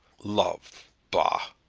love! bah!